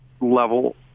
level